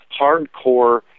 hardcore